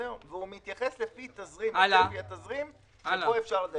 והוא מתייחס לפי צפי התזרים שבו אפשר.